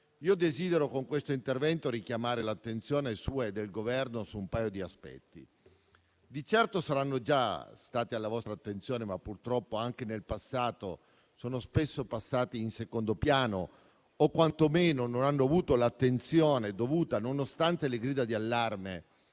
sanitari, con questo mio intervento desidero richiamare l'attenzione sua e del Governo su un paio di aspetti, che di certo saranno già stati alla vostra attenzione, ma purtroppo anche in passato sono spesso passati in secondo piano, o quantomeno non hanno avuto l'attenzione dovuta, nonostante le grida di allarme